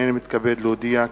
הנני מתכבד להודיע,